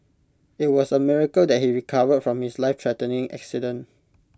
IT was A miracle that he recovered from his lifethreatening accident